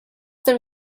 there